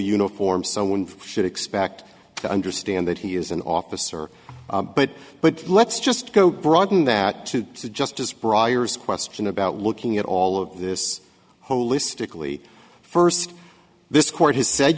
uniform so one should expect to understand that he is an officer but but let's just go broaden that to justice briar's question about looking at all of this holistically first this court has said